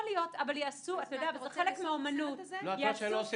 אבל כחלק מהאומנות יעשו